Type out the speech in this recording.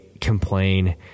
complain